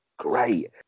Great